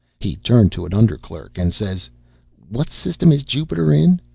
he turned to an under clerk and says what system is jupiter in?